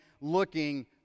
looking